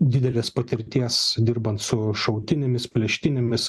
didelės patirties dirbant su šautinėmis plėštinėmis